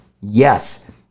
Yes